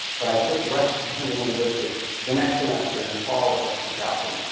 but i took russian and linguistics the next semester in the fall of two thousand.